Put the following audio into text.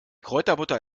kräuterbutter